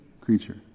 creature